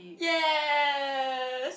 yes